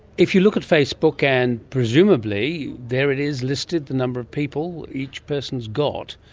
if you look at facebook, and presumably there it is listed, the number of people each person has got,